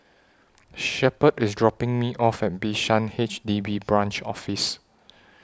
Shepherd IS dropping Me off At Bishan H D B Branch Office